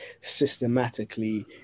systematically